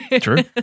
True